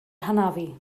hanafu